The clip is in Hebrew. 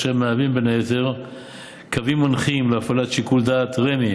אשר הם בין היתר קווים מנחים להפעלת שיקול הדעת של רמ"י,